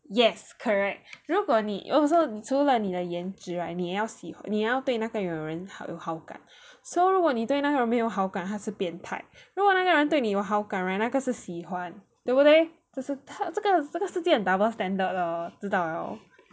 yes correct 如果你 also 除了你的颜值你也要你也要对那个人有好感 so 如果你对那时候没有好感他是变态如果那个人对你有好感 right 那个是喜欢对不对这个这个世界很 double standard 的知道 liao